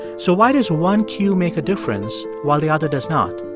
so why does one queue make a difference while the other does not?